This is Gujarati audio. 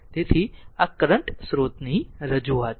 તેથી કરંટ સ્રોતની આ રજૂઆત છે